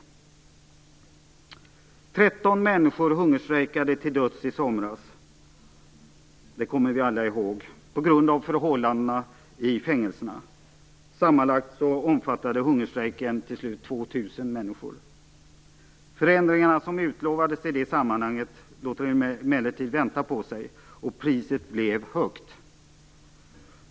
Vi kommer alla ihåg att 13 människor hungerstrejkade till döds i somras på grund av förhållandena i fängelserna. Sammanlagt omfattade hungerstrejken till slut 2 000 människor. Förändringarna som utlovades i det sammanhanget låter emellertid vänta på sig, och priset blev högt.